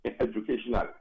educational